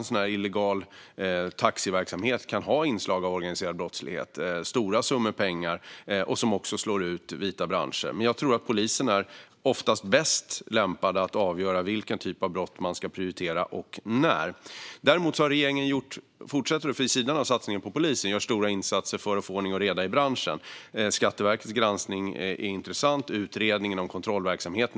Sådan här illegal taxiverksamhet kan i stor utsträckning ha inslag av organiserad brottslighet. Det rör sig om stora summor pengar. Den slår också ut vita branscher. Jag tror att polisen oftast är bäst lämpad att avgöra vilken typ av brott som ska prioriteras och när. Vid sidan av satsningen på polisen fortsätter regeringen att göra stora insatser för att få ordning och reda i branschen. Skatteverkets granskning är intressant, liksom utredningen om kontrollverksamheten.